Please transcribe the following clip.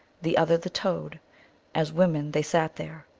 the other the toad as women they sat there.